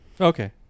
Okay